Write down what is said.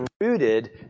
rooted